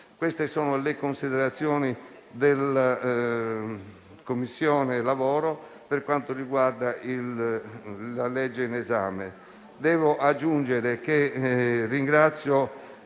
Queste sono le considerazioni della Commissione lavoro per quanto riguarda il disegno di legge in esame.